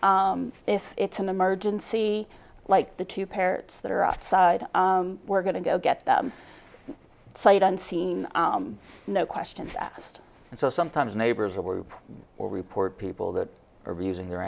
list if it's an emergency like the two parents that are outside we're going to go get them sight unseen no questions asked and so sometimes neighbors loop or report people that are abusing their